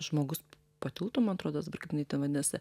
žmogus po tiltu man atrodos dabar kaip jinai ten vadinasi